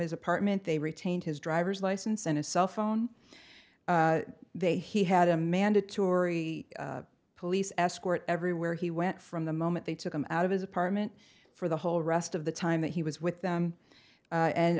his apartment they retained his driver's license and his cellphone they he had a mandatory police escort everywhere he went from the moment they took him out of his apartment for the whole rest of the time that he was with them